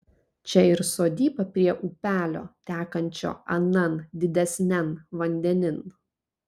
čia ir sodyba prie upelio tekančio anan didesnian vandenin